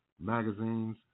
magazines